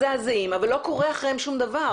מזעזעים, אבל לא קורה אחריהם שום דבר.